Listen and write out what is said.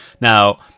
Now